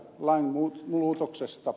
lain muut muutoksesta